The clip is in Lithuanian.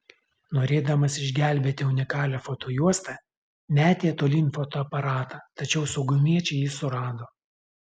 norėdamas išgelbėti unikalią fotojuostą metė tolyn fotoaparatą tačiau saugumiečiai jį surado